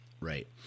Right